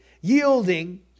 yielding